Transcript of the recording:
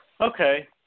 Okay